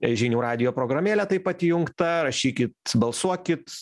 žinių radijo programėlė taip atjungta rašykit balsuokit